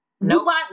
No